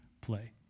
play